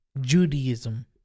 Judaism